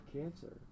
cancer